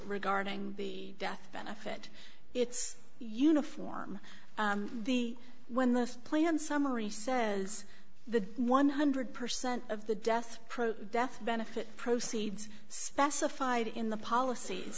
regarding the death benefit it's uniform the when this plan summary says the one hundred percent of the death pro death benefit proceeds specified in the policies